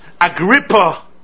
Agrippa